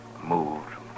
moved